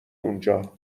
اونجا